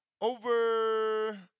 over